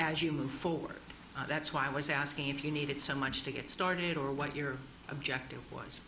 as you move forward and that's why i was asking if you need it so much to get started or what your objective was